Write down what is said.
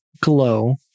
glow